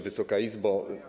Wysoka Izbo!